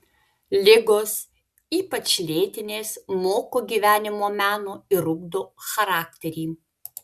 ligos ypač lėtinės moko gyvenimo meno ir ugdo charakterį